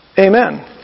amen